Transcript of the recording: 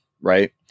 right